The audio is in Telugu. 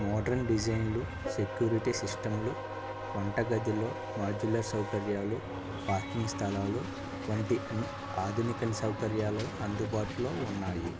మోడ్రన్ డిజైన్లు సెక్యూరిటీ సిస్టంలు వంటగదిలో మాడ్యులర్ సౌకర్యాలు పార్కింగ్ స్థలాలు వంటి ఆధునిక సౌకర్యాలు అందుబాటులో ఉన్నాయి